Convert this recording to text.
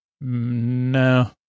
No